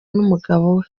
n’umugabo